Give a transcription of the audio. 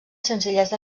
senzillesa